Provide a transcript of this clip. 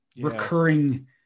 recurring